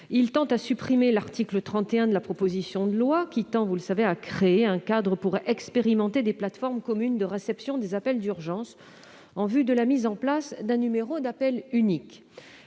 en effet à supprimer l'article 31 de la proposition de loi, qui crée un cadre pour expérimenter des plateformes communes de réception des appels d'urgence en vue de la mise en place d'un numéro d'appel unique.